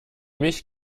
mich